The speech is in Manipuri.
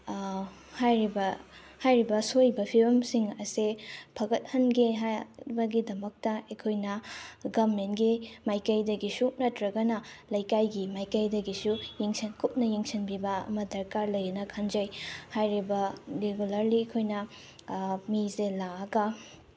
ꯍꯥꯏꯔꯤꯕ ꯍꯥꯏꯔꯤꯕ ꯁꯣꯛꯏꯕ ꯐꯤꯕꯝꯁꯤꯡ ꯑꯁꯦ ꯐꯒꯠꯍꯟꯒꯦ ꯍꯥꯏꯕꯒꯤꯗꯃꯛꯇ ꯑꯩꯈꯣꯏꯅ ꯒꯃꯦꯟꯒꯤ ꯃꯥꯏꯀꯩꯗꯒꯤꯁꯨ ꯅꯠꯇ꯭ꯔꯒꯅ ꯂꯩꯀꯥꯏꯒꯤ ꯃꯥꯏꯀꯩꯗꯒꯤꯁꯨ ꯀꯨꯞꯅ ꯌꯦꯡꯁꯤꯟꯕꯤꯕ ꯑꯃ ꯗꯔꯀꯥꯔ ꯂꯩꯑꯦꯅ ꯈꯟꯖꯩ ꯍꯥꯏꯔꯤꯕ ꯔꯤꯒꯨꯂꯔꯂꯤ ꯑꯩꯈꯣꯏꯅ ꯃꯤꯁꯦ ꯂꯥꯛꯑꯒ